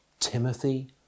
Timothy